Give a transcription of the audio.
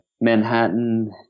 Manhattan